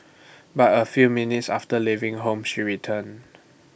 but A few minutes after leaving home she returned